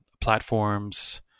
platforms